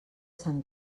sant